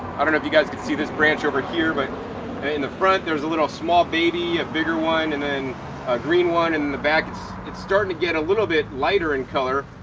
i don't know if you guys could see this branch over here. but in the front there's a little small baby, a bigger one and then a green one, and in the back it's it's starting to get a little bit lighter in color,